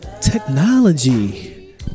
technology